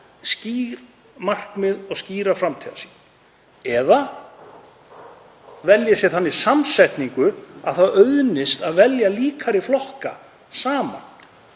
skýr markmið og skýra framtíðarsýn eða velji sér þannig samsetningu að það auðnist að velja líkari flokka saman.